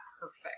perfect